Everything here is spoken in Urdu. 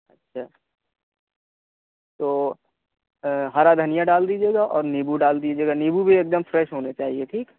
اچھا تو ہرا دھنیا ڈال دیجیے گا اور نمبو ڈال دیجیے گا نمبو بھی ایک دم فریش ہونے چاہئیں ٹھیک